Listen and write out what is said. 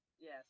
yes